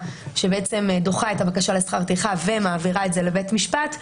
שבעצם דוחה את הבקשה לשכר טרחה ומעבירה את זה לבית משפט,